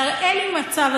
תראה לי מצב,